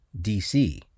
DC